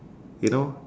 you know